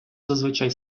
зазвичай